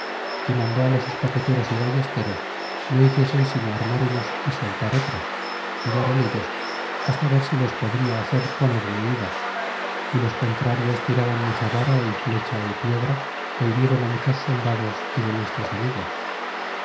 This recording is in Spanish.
y mandó los escopeteros y ballesteros no hiciesen sino armar unos y soltar otros y dar en ellos hasta ver si los podria hacer poner en huida y los contrarios tiraban mucha vara y flecha y piedra é hiriéron muchos soldados y de nuestros amigos